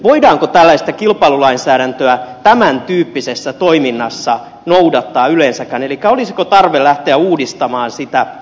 voidaanko tällaista kilpailulainsäädäntöä tämän tyyppisessä toiminnassa noudattaa yleensäkään elikkä olisiko tarve lähteä uudistamaan sitä